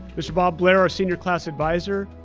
mr. bob blair, our senior class advisor,